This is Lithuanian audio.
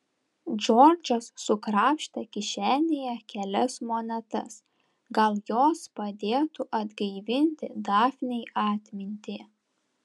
džordžas sukrapštė kišenėje kelias monetas gal jos padėtų atgaivinti dafnei atmintį